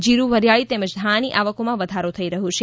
જીરૂ વરિયાળી તેમજ ધાણાની આવકોમાં વધારો થઈ રહ્યો છે